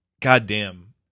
goddamn